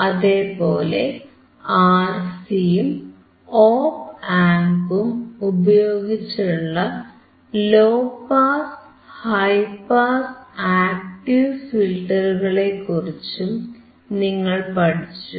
അതേപോലെ ആർസിയും ഓപ് ആംപും ഉപയോഗിച്ചുള്ള low pass high pass active ഫിൽറ്ററുകളെക്കുറിച്ചും നിങ്ങൾ പഠിച്ചു